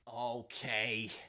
Okay